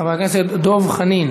חבר הכנסת דב חנין,